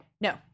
No